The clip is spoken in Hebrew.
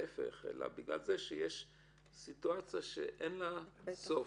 אלא להפך בגלל סיטואציה שאין לה סוף.